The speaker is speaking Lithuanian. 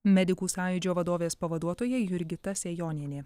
medikų sąjūdžio vadovės pavaduotoja jurgita sejonienė